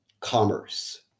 commerce